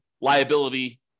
liability